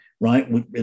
right